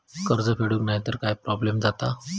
कर्ज फेडूक नाय तर काय प्रोब्लेम जाता?